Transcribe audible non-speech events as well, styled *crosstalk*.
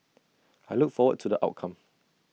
*noise* I look forward to the outcome